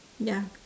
ya